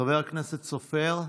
חבר הכנסת סופר,